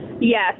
yes